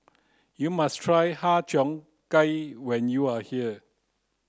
you must try har cheong gai when you are here